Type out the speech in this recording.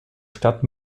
stadt